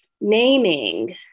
Naming